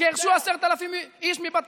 גירשו 10,000 איש,